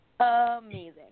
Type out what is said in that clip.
amazing